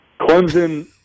Clemson